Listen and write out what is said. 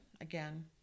again